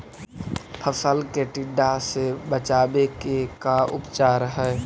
फ़सल के टिड्डा से बचाव के का उपचार है?